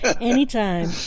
anytime